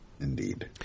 Indeed